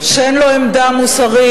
שאין לו עמדה מוסרית,